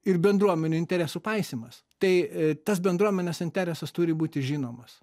ir bendruomenių interesų paisymas tai tas bendruomenės interesas turi būti žinomas